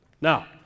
Now